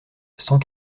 cent